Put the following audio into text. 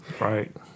Right